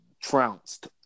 trounced